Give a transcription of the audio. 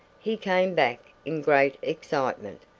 he came back in great excitement.